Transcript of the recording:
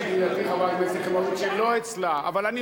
יפה, ומי הפקיד, לא אצל שלי, כנראה, אבל אנחנו